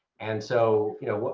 and so, you know,